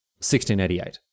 1688